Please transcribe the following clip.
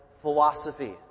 philosophy